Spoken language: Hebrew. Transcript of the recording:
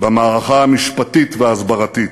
במערכה המשפטית וההסברתית,